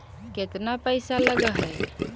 केतना पैसा लगय है?